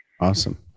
awesome